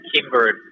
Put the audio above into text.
Kimber